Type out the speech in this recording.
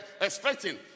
expecting